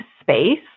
space